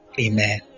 Amen